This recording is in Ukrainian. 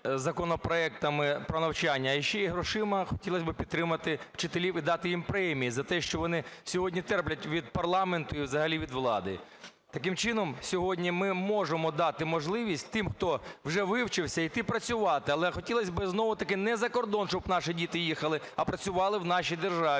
законопроектами про навчання, а ще й грошима хотілося б підтримати вчителів і дати їм премії за те, що вони сьогодні терплять від парламенту і взагалі від влади. Таким чином, сьогодні ми можемо дати можливість тим, хто вже вивчився, йти працювати, але хотілось би знову-таки, не за кордон щоб наші діти їхали, а працювали в нашій державі